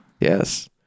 Yes